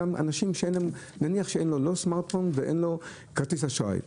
אנשים שנניח אין להם לא סמרטפון ואין להם כרטיס אשראי.